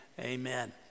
amen